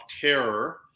Terror